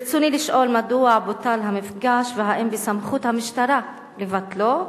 ברצוני לשאול: 1. מדוע בוטל המפגש והאם בסמכות המשטרה לבטלו?